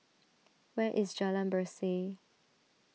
where is Jalan Berseh